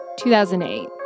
2008